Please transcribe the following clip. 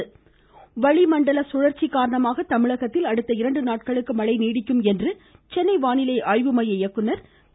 வானிலை வாய்ஸ் வளிமண்டல சுழற்சி காரணமாக தமிழகத்தில் அடுத்த இரண்டு நாட்களுக்கு மழை நீடிக்கும் என்று சென்னை வானிலை ஆய்வு மைய இயக்குநர் திரு